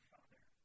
Father